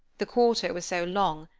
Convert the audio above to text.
the quarter was so long,